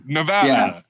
Nevada